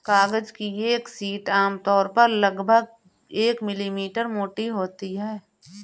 कागज की एक शीट आमतौर पर लगभग एक मिलीमीटर मोटी होती है